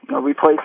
replace